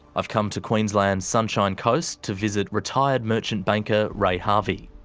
i've come to queensland's sunshine coast to visit retired merchant banker ray harvey.